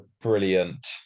brilliant